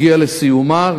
הגיעה לסיומה,